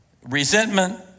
Resentment